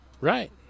Right